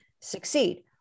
succeed